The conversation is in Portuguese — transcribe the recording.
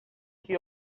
que